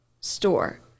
store